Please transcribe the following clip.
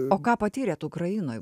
o ką patyrėt ukrainoj